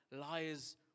lies